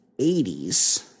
80s